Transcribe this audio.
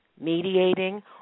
mediating